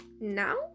now